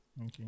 okay